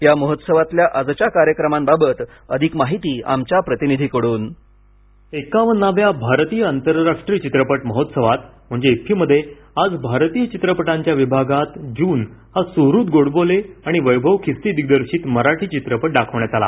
या महोत्सवातल्या आजच्या कार्यक्रमांबाबत अधिक माहिती आमच्या प्रतिनिधीकडून ध्वनी एकावन्नाव्या भारतीय आंतरराष्ट्रीय चित्रपट महोत्सवात म्हणजे इप्फीमध्ये आज भारतीय चित्रपटांच्या विभागात जून हा सुहृद गोडबोले आणि वैभव खिस्ती दिग्दर्शित मराठी चित्रपट दाखवण्यात आला